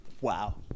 Wow